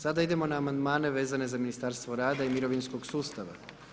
Sada idemo na Amandmane vezane za Ministarstvo rada i mirovinskog sustava.